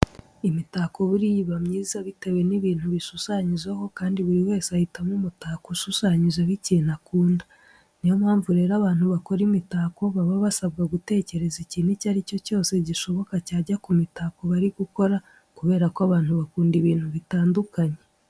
Imitako buriya iba myiza bitewe n'ibintu bishushanyijeho kandi buri wese ahitamo umutako ushushanyijeho ikintu akunda. Niyo mpamvu rero abantu bakora imitako baba basabwa gutekereza ikintu icyo ari cyo cyose gishoboka cyajya ku mitako bari gukora kubera ko abantu bakunda ibintu bitandukanye.